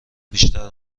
بیشتر